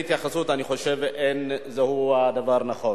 בבקשה, אדוני.